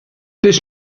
this